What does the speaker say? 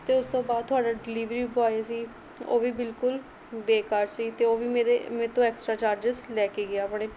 ਅਤੇ ਉਸ ਤੋਂ ਬਾਅਦ ਤੁਹਾਡਾ ਡਿਲੀਵਰੀ ਬੋਆਏ ਸੀ ਉਹ ਵੀ ਬਿਲਕੁਲ ਬੇਕਾਰ ਸੀ ਅਤੇ ਉਹ ਵੀ ਮੇਰੇ ਮੇਰੇ ਤੋਂ ਐਕਸਟਰਾ ਚਾਰਜਿਸ ਲੈ ਕੇ ਗਿਆ ਬੜੇ